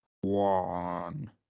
One